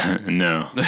No